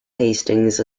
hastings